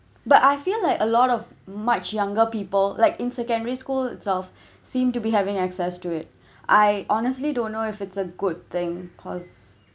but I feel like a lot of much younger people like in secondary school itself seemed to be having access to it I honestly don't know if it's a good thing cause